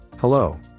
hello